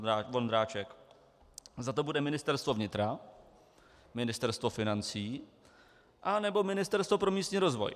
Zda to bude Ministerstvo vnitra, Ministerstvo financí anebo Ministerstvo pro místní rozvoj.